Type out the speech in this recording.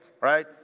Right